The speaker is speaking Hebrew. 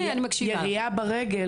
ירייה ברגל,